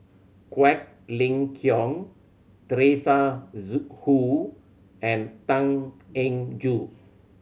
Quek Ling Kiong Teresa Hsu and Tan Eng Joo